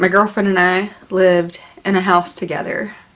my girlfriend and i lived in the house together